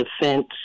defense